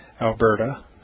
Alberta